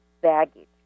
baggage